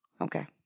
Okay